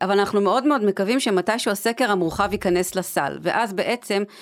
אבל אנחנו מאוד מאוד מקווים שמתישהו הסקר המורחב ייכנס לסל ואז בעצם